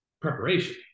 preparation